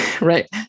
Right